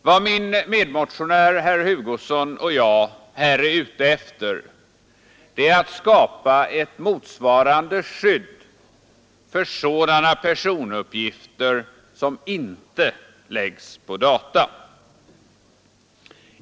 Vad min medmotionär herr Hugosson och jag är ute efter är att skapa ett motsvarande skydd för sådana personuppgifter som inte läggs på data.